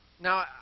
Now